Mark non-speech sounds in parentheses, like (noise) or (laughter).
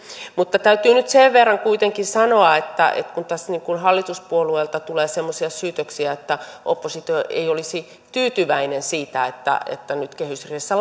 mutta täytyy nyt sen verran kuitenkin sanoa että että kun tässä hallituspuolueilta tulee semmoisia syytöksiä että oppositio ei olisi tyytyväinen siitä että että nyt kehysriihessä (unintelligible)